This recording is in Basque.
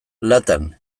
latan